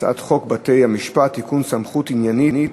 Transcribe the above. הצעת חוק בתי-המשפט (תיקון, סמכות עניינית